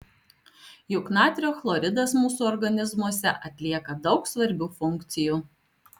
juk natrio chloridas mūsų organizmuose atlieka daug svarbių funkcijų